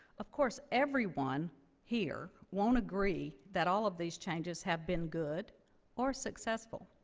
of course every one here won't agree that all of these changes have been good or successful.